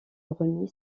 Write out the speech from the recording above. remis